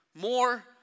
More